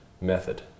method